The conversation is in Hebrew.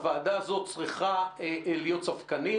הוועדה הזאת צריכה להיות ספקנית.